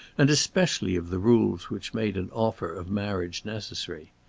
and especially of the rules which made an offer of marriage necessary.